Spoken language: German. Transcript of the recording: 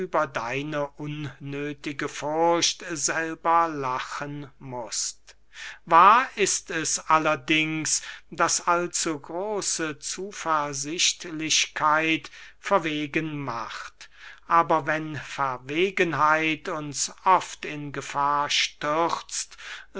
deine unnöthige furcht selber lachen mußt wahr ist es allerdings daß allzu große zuversichtlichkeit verwegen macht aber wenn verwegenheit uns oft in gefahr stürzt